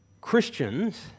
Christians